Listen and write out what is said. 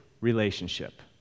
relationship